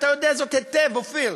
ואתה יודע זאת היטב אופיר,